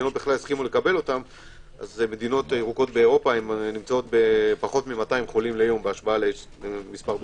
מדינות ירוקות באירופה נמצאות בפחות מ-200 חולים ליום בהשוואה לישראלים,